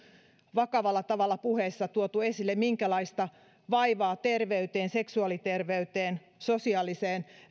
vakavalla tavalla puheissa tuotu esille minkälaista vaivaa terveyteen seksuaaliterveyteen sosiaaliseen